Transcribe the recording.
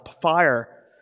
fire